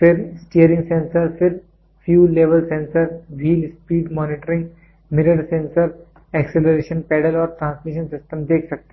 फिर steering sensor फिर fuel level sensor wheel speed monitoring mirror sensor acceleration pedal और transmission system देख सकते हैं